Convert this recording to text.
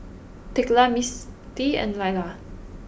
Thekla Misti and Laila